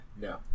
No